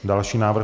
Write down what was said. Další návrh.